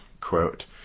quote